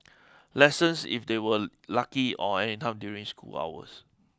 lessons if they were lucky or anytime during school hours